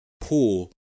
pool